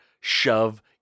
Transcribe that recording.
shove